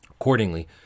Accordingly